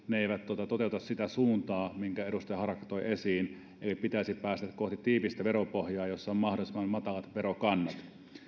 ne eivät toteuta sitä suuntaa minkä edustaja harakka toi esiin eli pitäisi päästä kohti tiivistä veropohjaa jossa on mahdollisimman matalat verokannat